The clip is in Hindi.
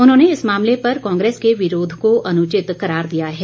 उन्होंने इस मामले पर कांग्रेस के विरोध को अनुचित करार दिया है